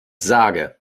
sage